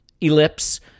ellipse